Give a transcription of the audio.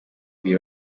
ibiri